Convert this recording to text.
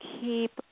Keep